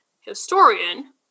historian